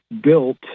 built